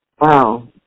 Wow